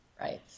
Right